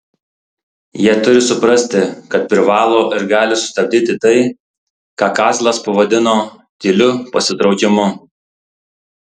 jie turi suprasti kad privalo ir gali sustabdyti tai ką kazlas pavadino tyliu pasitraukimu